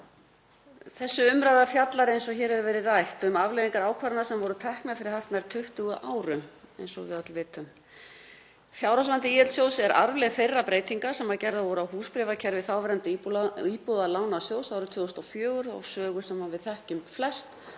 Þessi umræða fjallar, eins og hér hefur verið rætt, um afleiðingar ákvarðana sem voru teknar fyrir hartnær 20 árum. Eins og við öll vitum er fjárhagsvandi ÍL-sjóðs arfleifð þeirra breytinga sem gerðar voru á húsbréfakerfi þáverandi Íbúðalánasjóðs árið 2004, saga sem við þekkjum flest